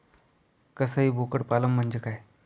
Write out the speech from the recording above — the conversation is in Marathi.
कसाई बोकड पालन म्हणजे काय?